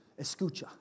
Escucha